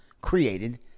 created